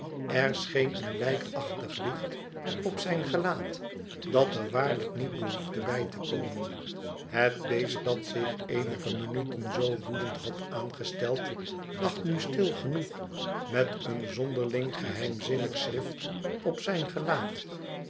er scheen een lijkachtig licht op zijn gelaat dat er waarlijk niet behoefde bij te komen het beest dat zich eenige minuten zoo woedend had aangesteld lag nu stil genoeg met een zonderling geheimzinnig schrift op zijn gelaat